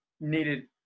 needed